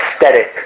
aesthetic